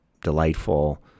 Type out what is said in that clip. delightful